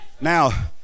Now